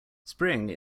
spring